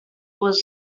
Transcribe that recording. was